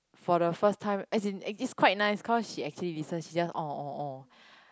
for the first time as in it's quite nice cause she actually listen she just oh oh oh